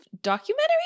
documentary